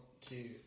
two